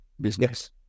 business